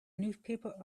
newspaper